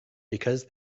because